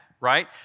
right